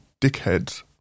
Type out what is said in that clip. dickheads